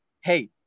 hey